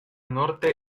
norte